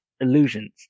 illusions